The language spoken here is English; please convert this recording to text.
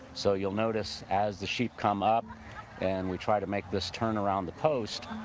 so you'll notice as the sheep come up and we try to make this turn around the post,